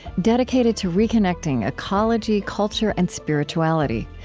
dedicated to reconnecting ecology, culture, and spirituality.